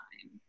time